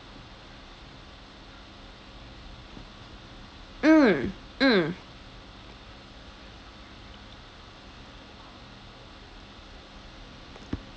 mm mm